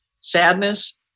sadness